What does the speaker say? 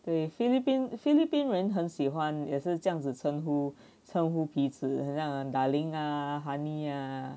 对菲律宾菲律宾人很喜欢也是这样子称呼称彼此很像 darling ah honey ah